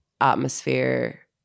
atmosphere